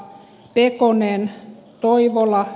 pekkonen koivula